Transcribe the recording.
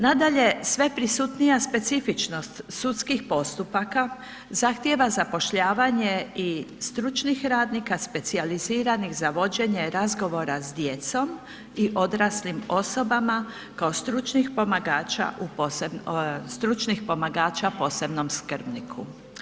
Nadalje, sve prisutnija specifičnost sudskih postupaka zahtijeva zapošljavanje i stručnih radnika, specijaliziranih za vođenje razgovora s djecom i odraslim osobama kao stručnih pomagača u, stručnih pomagača posebnom skrbniku.